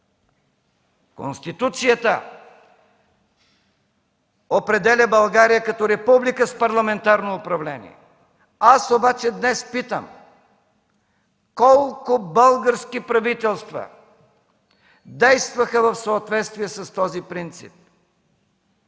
Конституцията определя България като република с парламентарно управление. Аз обаче днес питам: колко български правителства действаха в съответствие с този принцип?